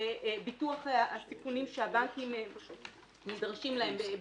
לביטוח הסיכונים שהבנקים נדרשים להם ב